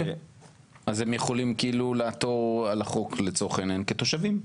אז הם יכולים לעתור על החוק לצורך העניין כתושבים.